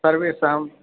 सर्वेषाम्